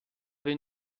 will